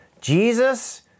Jesus